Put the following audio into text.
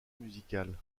musicale